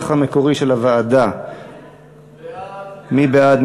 1. מי בעד?